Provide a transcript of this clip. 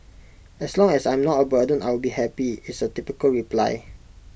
as long as I'm not A burden I will be happy is A typical reply